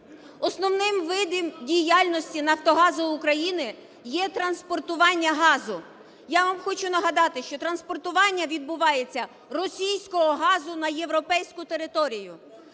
Основним видом діяльності "Нафтогазу України" є транспортування газу. Я вам хочу нагадати, що транспортування відбувається російського газу на європейську територію.